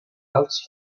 alts